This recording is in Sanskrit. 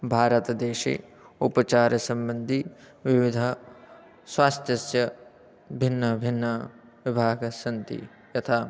भारतदेशे उपचारसम्बन्धिविविधस्वास्थ्यस्य भिन्नभिन्नाः विभागस्सन्ति यथा